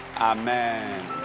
Amen